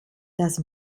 das